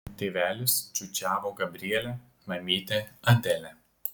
tėvelis čiūčiavo gabrielę mamytė adelę